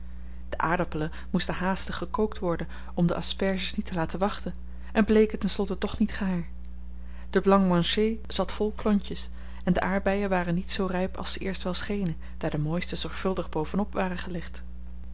de aardappelen moesten haastig gekookt worden om de asperges niet te laten wachten en bleken ten slotte toch niet gaar de blanc manger zat vol klontjes en de aardbeien waren niet zoo rijp als ze eerst wel schenen daar de mooiste zorgvuldig bovenop waren gelegd